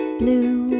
blue